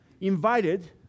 invited